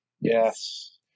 Yes